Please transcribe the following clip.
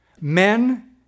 men